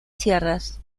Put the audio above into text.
sierras